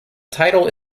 title